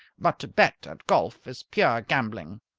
but to bet at golf is pure gambling.